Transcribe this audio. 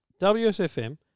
WSFM